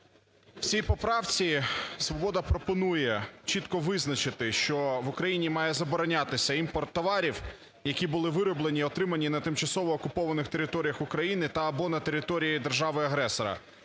В цій поправці "Свобода" пропонує чітко визначити, що в Україні має заборонятися імпорт товарів, які були вироблені, отримані на тимчасово окупованих територіях України та/або на території держави-агресора,